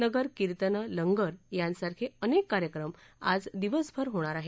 नगर कीर्तनं लंगर यासारखे अनेक कार्यक्रम आज दिवसभर होणार आहेत